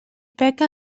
peca